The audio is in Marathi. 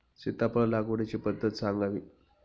सीताफळ लागवडीची पद्धत सांगावी?